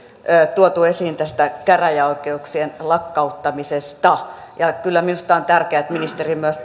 tuotu esiin tästä käräjäoikeuksien lakkauttamisesta kyllä minusta on tärkeää että ministeri myös